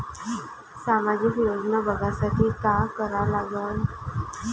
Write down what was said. सामाजिक योजना बघासाठी का करा लागन?